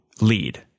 lead